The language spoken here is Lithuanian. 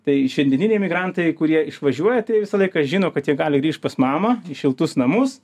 tai šiandieniniai emigrantai kurie išvažiuoja tai visą laiką žino kad jie gali grįžt pas mamą į šiltus namus